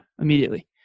immediately